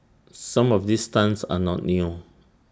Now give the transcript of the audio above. some of these stunts are not new